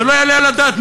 זה לא יעלה על הדעת.